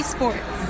Sports